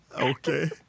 Okay